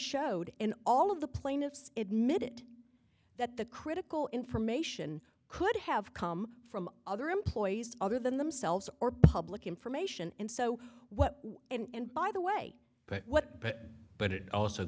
showed in all of the plaintiffs admitted that the critical information could have come from other employees other than themselves or public information and so what and by the way but but but it also